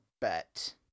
bet